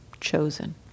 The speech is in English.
chosen